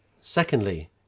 secondly